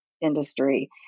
industry